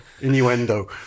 innuendo